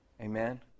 Amen